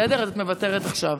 אז את מוותרת עכשיו?